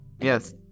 Yes